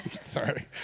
Sorry